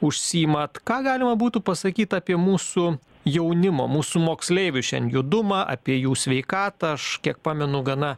užsiimat ką galima būtų pasakyt apie mūsų jaunimą mūsų moksleivių šian judumą apie jų sveikatą aš kiek pamenu gana